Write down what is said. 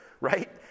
right